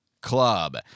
Club